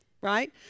Right